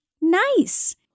nice